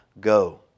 Go